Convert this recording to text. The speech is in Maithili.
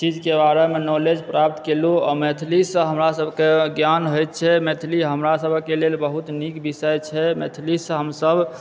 चीज के बारेमे नौलेज प्राप्त कएलहुॅं आ मैथिलीसँ हमरासभकेँ ज्ञान होइत छै मैथिली हमरासभके लेल बहुत नीक बिषय छै मैथिलीसँ हमसभ